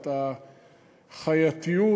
את החייתיות